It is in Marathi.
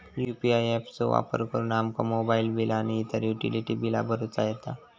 यू.पी.आय ऍप चो वापर करुन आमका मोबाईल बिल आणि इतर युटिलिटी बिला भरुचा येता